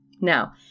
Now